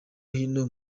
hino